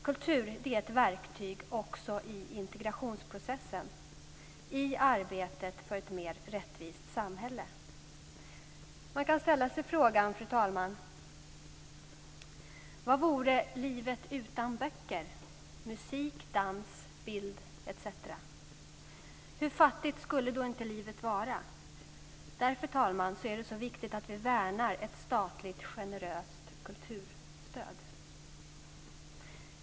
Kultur är också ett verktyg i integrationsprocessen i arbetet för ett mer rättvist samhälle. Man kan, fru talman, ställa sig frågan: Vad vore livet utan böcker, musik, dans, bild, etc.? Hur fattigt skulle inte livet vara? Därför, fru talman, är det så viktigt att vi värnar ett statligt generöst kulturstöd.